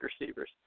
receivers